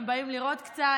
הם באים לראות קצת,